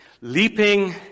Leaping